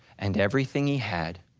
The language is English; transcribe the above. and everything he had,